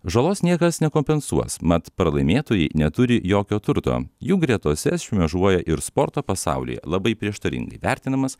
žalos niekas nekompensuos mat pralaimėtojai neturi jokio turto jų gretose šmėžuoja ir sporto pasaulyje labai prieštaringai vertinamas